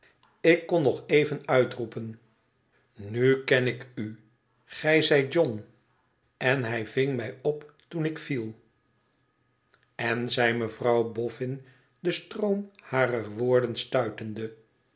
ik kon nog even uitroepen t nu ken ik u gij zijt john en hij ving mij op toen ik viel en zei mevrouw boffin den stroom harer woorden stuitende